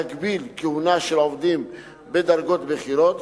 להגביל כהונה של עובדים בדרגות בכירות,